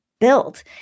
built